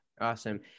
Awesome